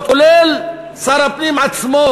כולל שר הפנים עצמו,